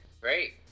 Great